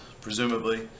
presumably